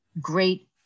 great